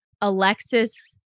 Alexis